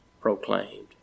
proclaimed